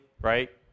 right